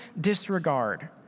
disregard